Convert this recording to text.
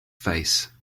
face